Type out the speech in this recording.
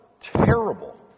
terrible